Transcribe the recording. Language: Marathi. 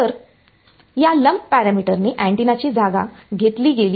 तर या लंप पॅरामीटर ने अँटेनाची जागा घेतली गेली आहे